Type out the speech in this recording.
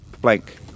blank